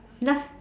last